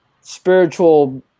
spiritual